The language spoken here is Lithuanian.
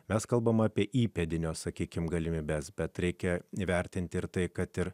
mes kalbame apie įpėdinio sakykime galimybes bet reikia įvertinti ir tai kad ir